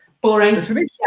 Boring